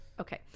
Okay